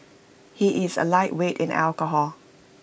he is A lightweight in alcohol